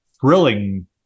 Thrilling